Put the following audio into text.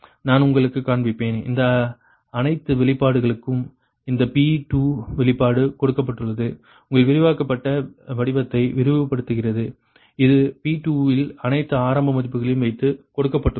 நான் உங்களுக்குக் காண்பிப்பேன் இந்த அனைத்து வெளிப்பாடுகளுக்கும் இந்த P2 வெளிப்பாடு கொடுக்கப்பட்டுள்ளது உங்கள் விரிவாக்கப்பட்ட வடிவத்தை விரிவுபடுத்துகிறது இது P2 இல் அனைத்து ஆரம்ப மதிப்புகளையும் வைத்து கொடுக்கப்பட்டுள்ளது